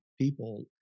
people